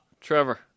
Trevor